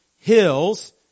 hills